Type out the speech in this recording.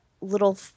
little